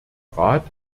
rat